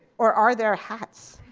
or are there hats?